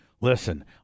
listen